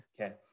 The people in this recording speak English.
Okay